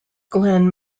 glenn